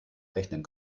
rechnen